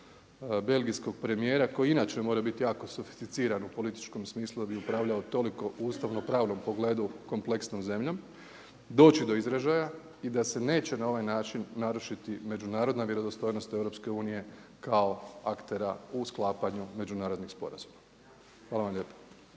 belgijskog premijera koji inače mora biti jako sufisticiran u političkom smislu da bi upravljao toliko u ustavnopravnom pogledu kompleksnom zemljom doći do izražaja i da se neće na ovaj način narušiti međunarodna vjerodostojnost Europske unije kao aktera u sklapanju međunarodnih sporazuma. Hvala vam lijepa.